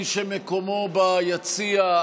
מי שמקומו ביציע,